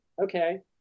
okay